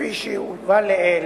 כפי שהובא לעיל,